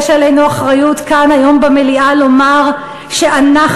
יש עלינו אחריות כאן היום במליאה לומר שאנחנו